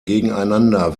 gegeneinander